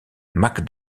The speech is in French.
mac